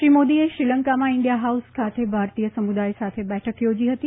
શ્રી મોદીએ શ્રીલંકામાં India House ખાતે ભારતીય સમુદાય સાથે બેઠક યોજી હતી